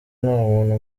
ntamuntu